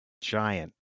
giant